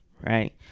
right